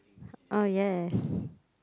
oh yes